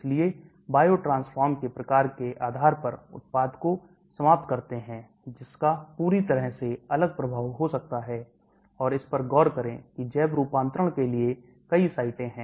इसलिए biotransform के प्रकार के आधार पर उत्पाद को समाप्त करते हैं जिसका पूरी तरह से अलग प्रभाव हो सकता हैऔर इस पर गौर करें कि जैव रूपांतरण के लिए कई साइटें हैं